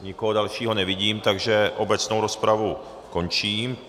Nikoho dalšího nevidím, takže obecnou rozpravu končím.